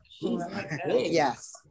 yes